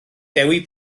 dewi